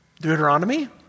Deuteronomy